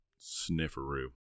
snifferoo